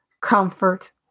comfort